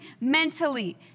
mentally